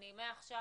מעכשיו,